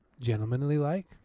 Gentlemanly-like